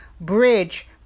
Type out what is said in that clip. bridge